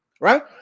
right